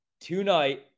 Tonight